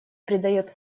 придает